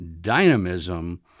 dynamism